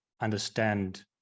understand